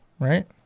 Right